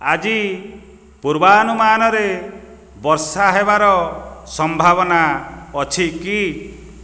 ଆଜି ପୂର୍ବାନୁମାନରେ ବର୍ଷା ହେବାର ସମ୍ଭାବନା ଅଛି କି